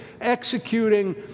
executing